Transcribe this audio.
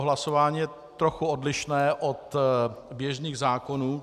Hlasování je trochu odlišné od běžných zákonů.